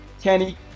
Kenny